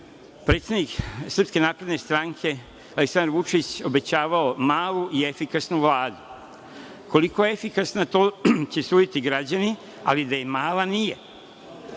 predsednik Srpske napredne stranke Aleksandar Vučić obećavao malu i efikasnu Vladu. Koliko je efikasna, to će suditi građani, ali da je mala - nije.